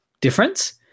difference